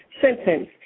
sentence